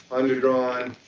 underdrawn.